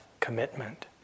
commitment